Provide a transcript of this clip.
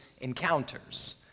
encounters